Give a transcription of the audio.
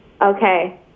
Okay